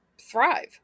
thrive